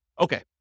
Okay